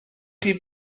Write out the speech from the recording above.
chi